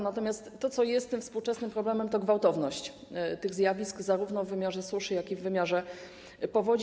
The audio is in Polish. Natomiast to, co jest współczesnym problemem, to gwałtowność tych zjawisk, zarówno w wymiarze suszy, jak i w wymiarze powodzi.